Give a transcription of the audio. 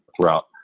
throughout